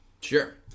Sure